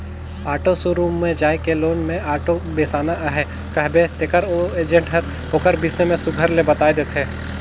auto showroom म जाए के लोन में आॅटो बेसाना अहे कहबे तेकर ओ एजेंट हर ओकर बिसे में सुग्घर ले बताए देथे